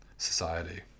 Society